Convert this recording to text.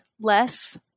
less